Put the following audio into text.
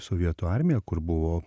sovietų armija kur buvo